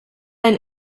ein